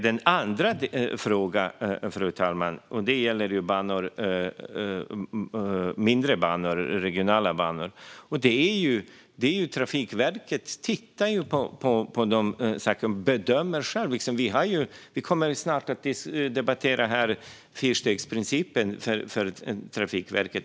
Den andra frågan gäller mindre, regionala banor. Trafikverket tittar på detta och bedömer självt. Vi kommer snart att debattera fyrstegsprincipen för Trafikverket.